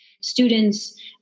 students